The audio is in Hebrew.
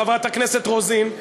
חברת הכנסת רוזין,